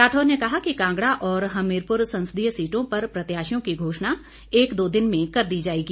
राठौर ने कहा कि कांगड़ा और हमीरपुर संसदीय सीटों पर प्रत्याशियों की घोषणा एक दो दिन में कर दी जाएगी